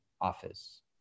office